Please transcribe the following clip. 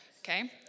okay